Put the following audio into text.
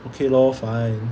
okay lor fine